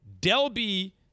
Delby